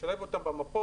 לשלב אותם במפות,